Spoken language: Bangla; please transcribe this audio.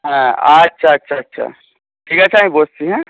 হ্যাঁ আচ্ছা আচ্ছা আচ্ছা ঠিক আছে আমি বসছি হ্যাঁ